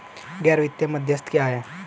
गैर वित्तीय मध्यस्थ क्या हैं?